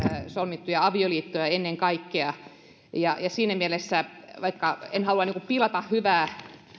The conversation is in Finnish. solmittuja avioliittoja ennen kaikkea ja siinä mielessä vaikka en halua pilata hyvää